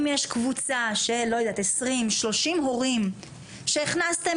אם יש קבוצה של 20 30 הורים שהכנסתם